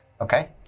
Okay